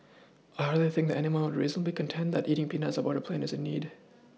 I hardly think anymore reasonably contend that eating peanuts on board a plane is a need